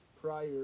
prior